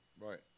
Right